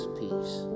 peace